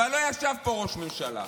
אבל לא ישב פה ראש ממשלה.